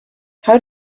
how